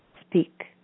speak